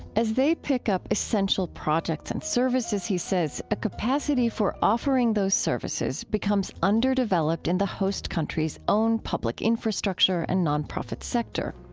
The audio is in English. as they pick up essential projects and services, he says, a capacity for offering those services becomes underdeveloped in the host country's own public infrastructure and nonprofit sector,